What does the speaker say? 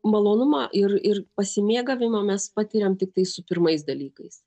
malonumą ir ir pasimėgavimą mes patiriam tiktai su pirmais dalykais